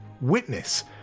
witness